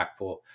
impactful